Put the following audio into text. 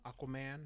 Aquaman